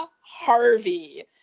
Harvey